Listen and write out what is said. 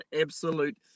absolute